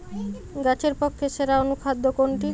গাছের পক্ষে সেরা অনুখাদ্য কোনটি?